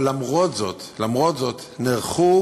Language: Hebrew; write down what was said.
אבל למרות זאת נערכו